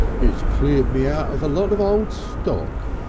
it's cleared me yeah of a lot of old stock,